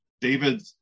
David